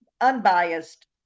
unbiased